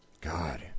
God